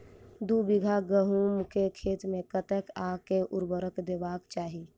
दु बीघा गहूम केँ खेत मे कतेक आ केँ उर्वरक देबाक चाहि?